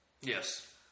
Yes